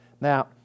Now